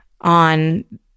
on